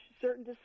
certain